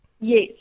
Yes